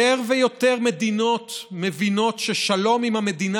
יותר ויותר מדינות מבינות ששלום עם המדינה